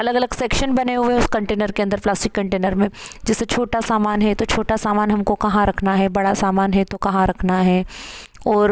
अलग अलग सेक्शन बने हुए हैं उस कंटेनर के अंदर प्लास्टिक कंटेनर में जैसे छोटा सामान है तो छोटा सामान हमको कहाँ रखना है बड़ा सामान है तो कहाँ रखना है और